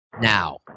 now